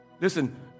Listen